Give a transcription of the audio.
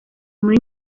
muri